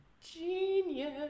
genius